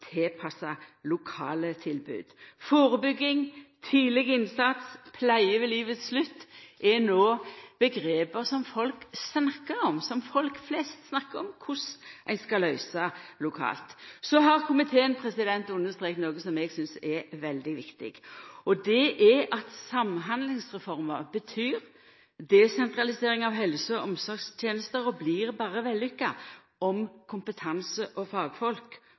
tilpassa lokale tilbod. «Førebygging», «tidlig innsats» og «pleie ved livets slutt» er nå begrep som folk flest snakkar om korleis dei skal løysa lokalt. Så har komiteen understreka noko som eg synest er veldig viktig. Det er at Samhandlingsreforma betyr ei desentralisering av helse- og omsorgstenester som berre blir vellykka om kompetanse og fagfolk